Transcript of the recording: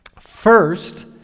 First